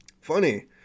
Funny